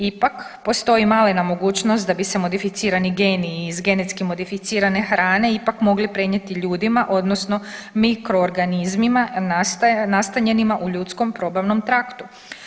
Ipak postoji malena mogućnost da bi se modificirani geni iz genetski modificirane hrane ipak mogli prenijeti ljudima odnosno mikroorganizmima nastanjenima u ljudskom probavnom traktu.